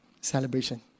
celebration